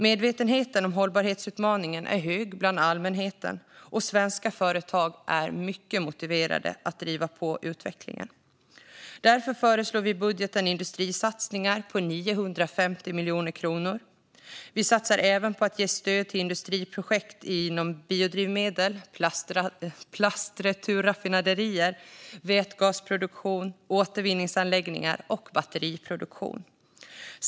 Medvetenheten om hållbarhetsutmaningarna är hög bland allmänheten, och svenska företag är mycket motiverade att driva på utvecklingen. Vi föreslår därför i budgeten industrisatsningar på 950 miljoner kronor. Vi satsar även på att ge stöd till industriprojekt såsom biodrivmedelsproduktion, plastreturraffinaderier, vätgasproduktion, återvinningsanläggningar och batteriproduktion.